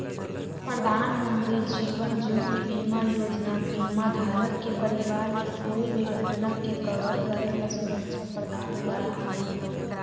प्रधानमंत्री जीवन ज्योति बीमा योजना बीमा धारक के परिवार के कोई भी घटना के कवर करे ला सुरक्षा प्रदान करा हई